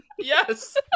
Yes